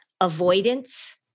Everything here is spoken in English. avoidance